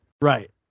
Right